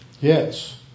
Yes